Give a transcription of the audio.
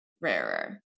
rarer